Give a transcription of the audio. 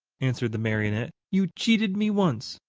answered the marionette. you cheated me once,